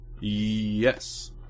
Yes